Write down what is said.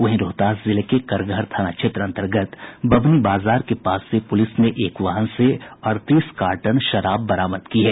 वहीं रोहतास जिले के करगहर थाना क्षेत्र अंतर्गत बभनी बाजार के पास से पुलिस ने एक वाहन से अड़तीस कार्टन शराब बरामद की है